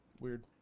Weird